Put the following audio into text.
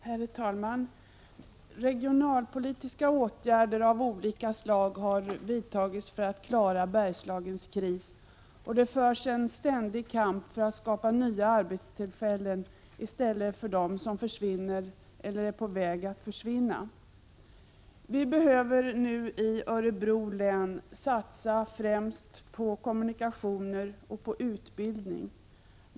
Herr talman! Regionalpolitiska åtgärder av olika slag har vidtagits för att klara Bergslagens kris. Det förs en ständig kamp för att skapa nya arbetstillfällen i stället för dem som försvinner eller är på väg att försvinna. I Örebro län behöver vi nu främst satsa på kommunikationer och utbildning.